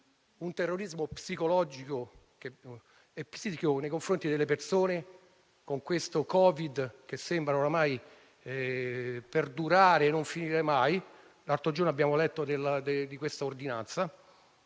da terrorismo psicologico e psichico nei confronti delle persone, con questo Covid che sembra oramai perdurare e non finire mai (l'altro giorno abbiamo letto di questa ordinanza),